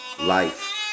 Life